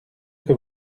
que